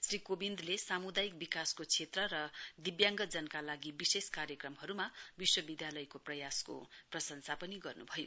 श्री कोविन्दले सामुदायिक विकासको क्षेत्र र दिब्याङ्गजनका लागि विशेष कार्यक्रमहरुमा विश्वविधालयको प्रयासको प्रशंसा पनि गर्नुभयो